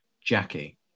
Jackie